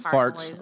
Farts